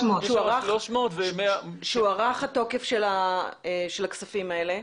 --- 300 --- שהוארך התוקף של הכספים האלה.